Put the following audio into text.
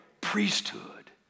priesthood